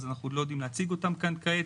אז אנחנו עוד לא יודעים להציג אותם כאן כעת.